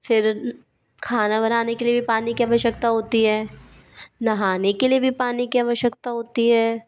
फिर खाना बनाने के लिए भी पानी की आवश्यकता होती है नहाने के लिए भी पानी की आवश्यकता होती है